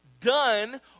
done